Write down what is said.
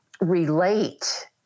relate